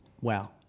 Wow